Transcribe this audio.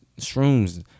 shrooms